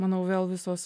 manau vėl visos